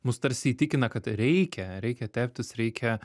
mus tarsi įtikina kad reikia reikia teptis reikia